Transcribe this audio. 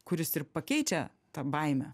kuris ir pakeičia tą baimę